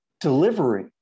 delivery